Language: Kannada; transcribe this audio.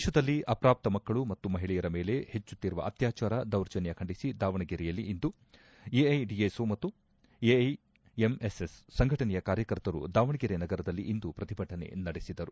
ದೇಶದಲ್ಲಿ ಅಪ್ರಾಪ್ತ ಮಕ್ಕಳು ಮತ್ತು ಮಹಿಳೆಯರ ಮೇಲೆ ಹೆಚ್ಚುತ್ತಿರುವ ಅತ್ಯಾಚಾರ ದೌರ್ಜನ್ನ ಖಂಡಿಸಿ ದಾವಣಗೆರೆಯಲ್ಲಿಂದು ಎಐಡಿಎಸ್ಒ ಮತ್ತು ಎಐಎಂಎಸ್ಎಸ್ ಸಂಘಟನೆಯ ಕಾರ್ಯಕರ್ತರು ದಾವಣಗೆರೆ ನಗರದಲ್ಲಿಂದು ಪ್ರತಿಭಟನೆ ನಡೆಸಿದರು